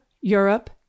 Europe